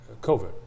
COVID